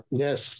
yes